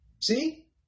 See